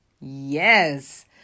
Yes